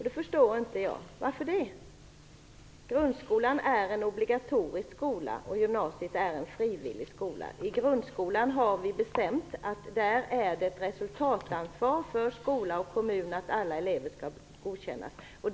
Det förstår inte jag. Varför det? Grundskolan är en obligatorisk skola, och gymnasiet är en frivillig skola. Vi har bestämt att det i grundskolan är ett resultatansvar för skola och kommun att alla elever skall godkännas.